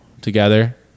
together